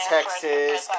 Texas